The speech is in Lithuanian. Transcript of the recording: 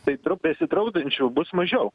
tai trupės į draudančių bus mažiau